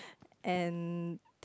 and